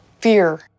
fear